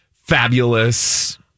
fabulous